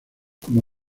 como